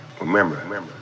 Remember